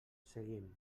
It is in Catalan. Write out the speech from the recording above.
seguim